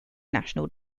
national